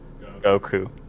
Goku